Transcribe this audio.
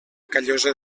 callosa